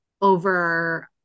over